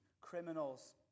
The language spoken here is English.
criminals